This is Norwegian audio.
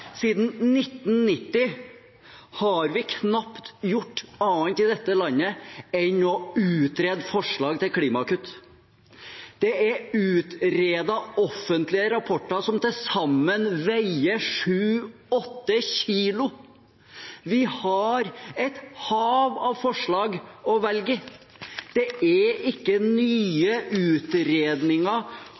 Siden 1990 har vi knapt gjort annet i dette landet enn å utrede forslag til klimakutt. Det er utredet offentlige rapporter som til sammen veier 7–8 kilo. Vi har et hav av forslag å velge i. Det er ikke nye utredninger